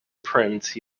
prince